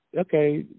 Okay